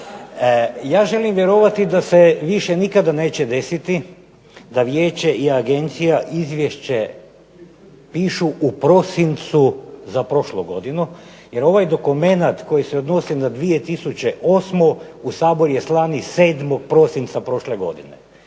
Ja želim vjerovati da se više nikada neće desiti da vijeće i agencija izvješće pišu u prosincu za prošlu godinu, jer ovaj dokument koji se odnosi na 2008. u Sabor je slan 7. prosinca prošle godine.